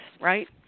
right